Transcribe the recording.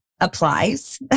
Applies